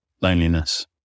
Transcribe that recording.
loneliness